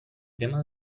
tema